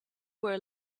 were